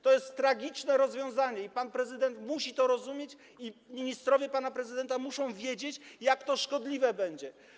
To jest tragiczne rozwiązanie i pan prezydent musi to rozumieć, i ministrowie pana prezydenta muszą wiedzieć, jakie to będzie szkodliwe.